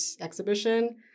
exhibition